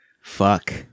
Fuck